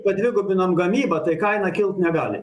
padvigubinom gamybą tai kaina kilt negali